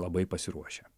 labai pasiruošę